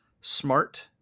smart